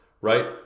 right